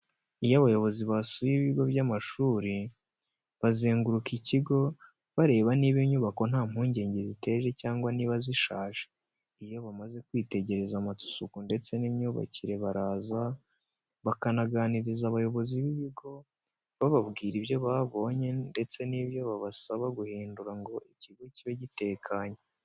Iyo abayobozi basuye ibigo by'amashuri, bazenguruka ikigo bareba niba inyubako nta mpungenge ziteje cyangwa niba zishaje. Iyo bamaze kwitegereza amasuku ndetse n'imyubakire baraza, bakaganiriza abayobozi b'ibigo, bababwira ibyo babonye ndetse n'ibyo babasaba guhindura ngo ikigo kibe gitekanye.